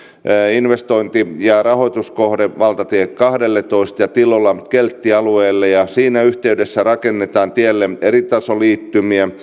investointi ja rahoituskohde valtatie kahdelletoista ja tillola keltti alueelle siinä yhteydessä rakennetaan tielle eritasoliittymä